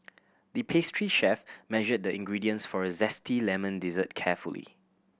the pastry chef measured the ingredients for a zesty lemon dessert carefully